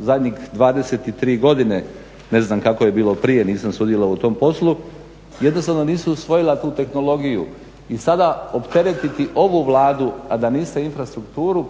zadnjih 23 godine, ne znam kako je bilo prije nisam sudjelovao u tom poslu, jednostavno nisu usvojila tu tehnologiju. I sada opteretiti ovu Vladu a da niste infrastrukturu